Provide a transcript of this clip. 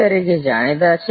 તરીકે જાણીતા છે